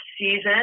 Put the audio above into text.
season